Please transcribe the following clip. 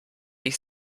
ich